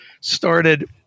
started